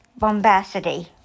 bombacity